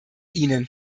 ihnen